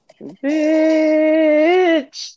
bitch